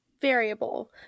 variable